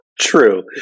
true